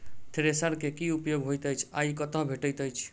Thresher केँ की उपयोग होइत अछि आ ई कतह भेटइत अछि?